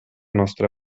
nostra